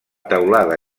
teulada